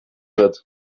wird